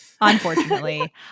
unfortunately